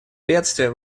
бедствия